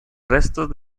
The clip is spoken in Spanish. restos